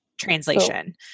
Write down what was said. translation